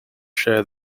share